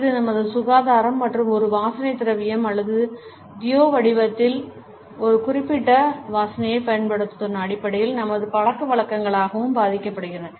இது நமது சுகாதாரம் மற்றும் ஒரு வாசனை திரவியம் அல்லது தியோ வடிவத்தில் ஒரு குறிப்பிட்ட வாசனையைப் பயன்படுத்துவதன் அடிப்படையில் நமது பழக்கவழக்கங்களாலும் பாதிக்கப்படுகிறது